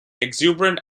exuberant